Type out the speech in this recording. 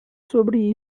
sobre